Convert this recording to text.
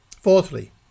Fourthly